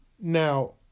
Now